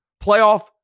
playoff